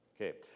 Okay